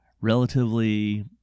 relatively